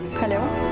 hello.